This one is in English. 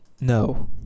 no